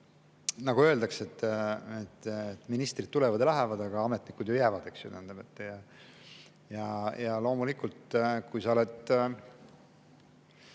Nagu öeldakse, ministrid tulevad ja lähevad, aga ametnikud jäävad. Ja loomulikult, kui sa oled,